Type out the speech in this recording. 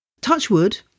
Touchwood